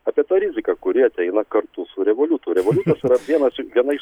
apie tą riziką kuri ateina kartu su revoliutu o revoliutas vienas iš viena iš